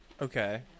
Okay